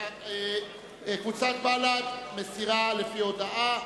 קבוצת בל"ד, מסירה לפי הודעה.